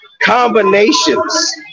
combinations